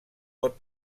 pot